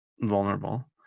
vulnerable